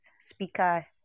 speaker